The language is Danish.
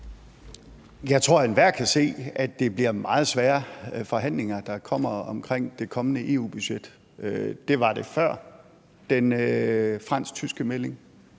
Jeg tror, enhver kan se, at det bliver meget svære forhandlinger, der kommer, omkring det kommende EU-budget. Det var det før den fransk-tyske melding;